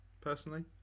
personally